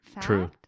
True